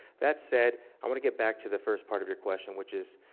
that said, i want to get back to the first part of your question, which is,